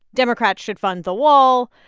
democrats should fund the wall.